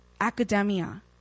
academia